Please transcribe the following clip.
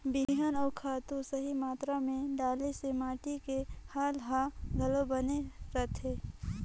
बिहान अउ खातू सही मातरा मे डलाए से माटी के हाल हर घलो बने रहथे